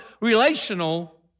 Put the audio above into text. relational